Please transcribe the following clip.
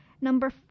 Number